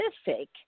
specific